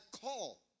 call